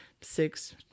six